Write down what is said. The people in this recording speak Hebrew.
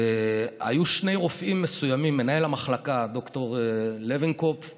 היו שני רופאים מסוימים, מנהל המחלקה ד"ר לוינקופף